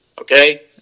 okay